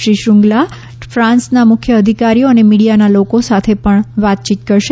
શ્રી શ્રૃંગલા ફાન્સના મુખ્ય અધિકારીઓ અને મીડીયાના લોકો સાથે પણ વાતયીત કરશે